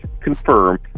confirm